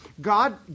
God